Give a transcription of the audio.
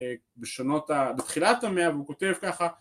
בשנות ה... מתחילת המאה והוא כותב ככה